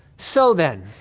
so then,